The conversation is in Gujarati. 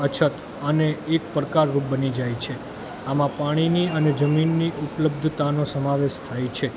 અછત અને એક પડકારરૂપ બની જાય છે આમાં પાણીની અને જમીનની ઉપલબ્ધતાનો સમાવેશ થાય છે